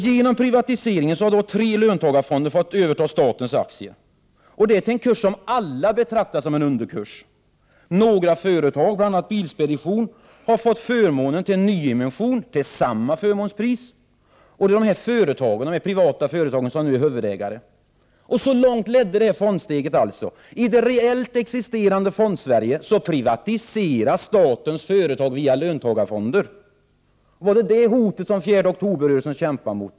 Genom privatiseringen har tre löntagarfonder fått överta statens aktier till en kurs som alla betraktar som en underkurs. Några företag, bl.a. Bilspedition, har fått förmånen att gå in i en nyemission, och det till samma förmånspris. Det är dessa privata företag som nu är huvudägare. Så långt ledde fondsteget. I det reellt existerande Fondsverige privatiseras statens företag via löntagarfonder! Var det detta hot som 4 oktober-rörelsen kämpade emot?